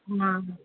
हाँ